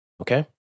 Okay